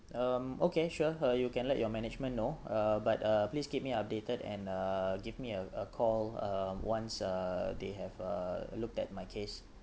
um okay sure uh you can let your management know uh but uh please keep me updated and uh give me a a call uh once uh they have uh looked at my case